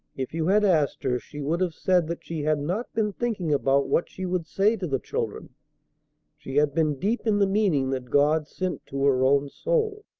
if you had asked her, she would have said that she had not been thinking about what she would say to the children she had been deep in the meaning that god sent to her own soul.